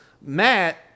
Matt